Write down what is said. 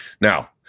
now